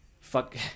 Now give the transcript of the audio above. fuck